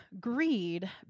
greed